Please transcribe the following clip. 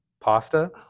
Pasta